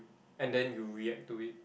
and then you react to it